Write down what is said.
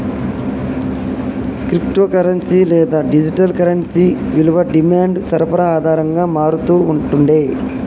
crypto currency లేదా digital currency విలువ demand, సరఫరా ఆధారంగా మారతూ ఉంటుండే